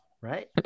Right